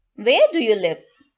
where do you live?